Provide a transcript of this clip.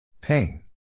Pain